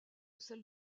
celle